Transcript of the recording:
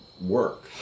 work